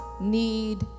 need